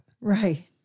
Right